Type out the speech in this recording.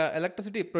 electricity